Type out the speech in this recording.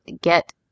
get